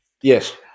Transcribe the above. Yes